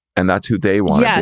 and that's who they want. yeah